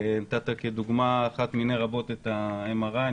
נתת כדוגמה אחת מיני רבות את ה-MRI.